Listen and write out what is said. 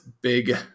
big